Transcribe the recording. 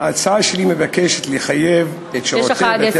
ההצעה שלי מבקשת לחייב את שירותי בתי-הסוהר,